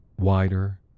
Wider